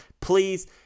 Please